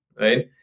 right